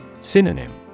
Synonym